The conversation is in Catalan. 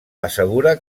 assegura